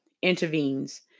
intervenes